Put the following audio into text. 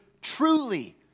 truly